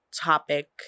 topic